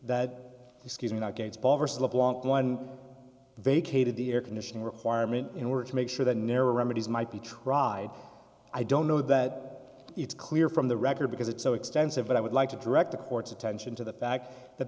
that excuse me that one vacated the air conditioning requirement in order to make sure the narrow remedies might be tried i don't know that it's clear from the record because it's so extensive but i would like to direct the court's attention to the fact that